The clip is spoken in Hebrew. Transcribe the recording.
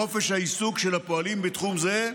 בחופש העיסוק של הפועלים בתחום זה,